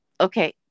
Okay